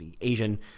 Asian